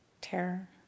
terror